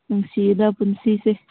ꯅꯨꯡꯁꯤꯗ ꯄꯨꯟꯁꯤꯁꯦ